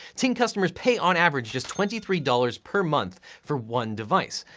ting customers pay on average just twenty three dollars per month for one device.